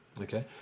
okay